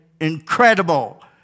incredible